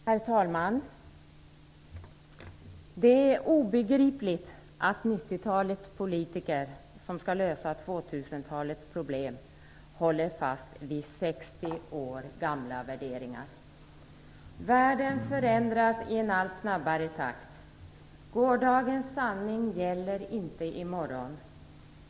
Herr talman! Det är obegripligt att 1990-talets politiker, som skall lösa 2000-talets problem, håller fast vid 60 år gamla värderingar! Världen förändras i en allt snabbare takt. Gårdagens sanning gäller inte i morgon.